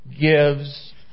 gives